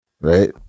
right